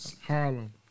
Harlem